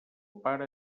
pare